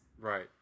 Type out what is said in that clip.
Right